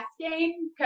game